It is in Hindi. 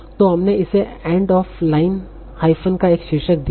तो हमने इसे एन्ड ऑफ़ लाइन हाइफ़न का एक शीर्षक दिया है